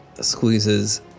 squeezes